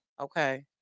Okay